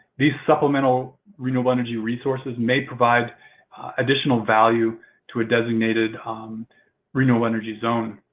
these supplemental renewable energy resources may provide additional value to a designated um renewable energy zone.